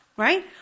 Right